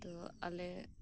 ᱛᱳ ᱟᱞᱮ